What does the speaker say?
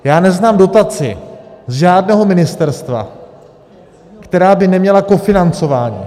Já neznám dotaci z žádného ministerstva, která by neměla kofinancování.